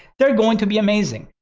they're going to be amazing.